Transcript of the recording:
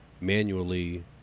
manually